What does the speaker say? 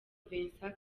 vincent